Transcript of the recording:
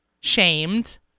shamed